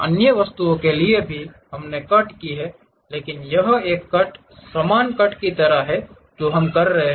अन्य वस्तुओं के लिए भी हमने कट की है लेकिन यह एक समान कट की तरह है जो हम कर रहे हैं